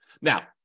Now